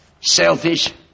selfish